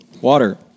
water